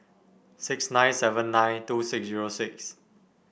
six nine seven nine two six zero six